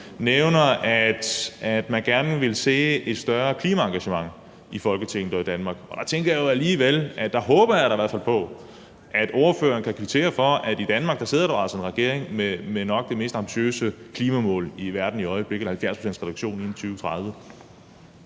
nævner, at man gerne vil se et større klimaengagement i Folketinget og i Danmark. Der håber jeg da i hvert fald på, at ordføreren kan kvittere for, at der altså i Danmark sidder en regering med nok det mest ambitiøse klimamål i verden i øjeblikket, nemlig en 70-procentsreduktion inden 2030.